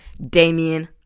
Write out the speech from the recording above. Damian